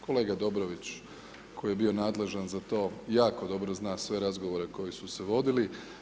Kolega Dobrović koji je bio nadležan za to jako dobro zna sve razgovore koji su se vodili.